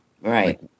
Right